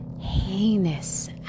heinous